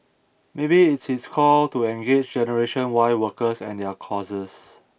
maybe it's his call to engage Generation Y workers and their causes